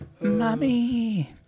Mommy